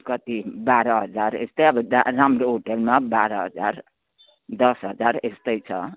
कति बाह्र हजार यस्तै अब राम्रो होटेलमा बाह्र हजार दस हजार यस्तै छ